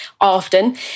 often